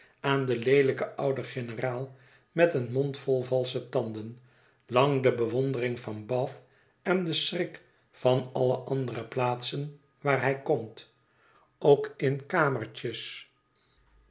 aan den leelijken ouden generaal met een mond vol valsche tanden lang de bewondering van bath en de schrik van alle andere plaatsen waar hij komt ook in kamertjes